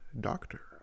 doctor